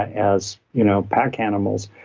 as you know, pack animals.